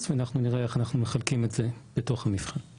-- אשפוז ואנחנו נראה איך אנחנו מחלקים את זה בתוך המבחן.